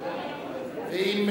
ואם